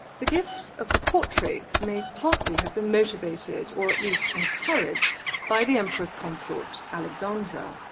the gifts of the portraits may partly have been motivated or at least encouraged by the emperor's consort, alexandra.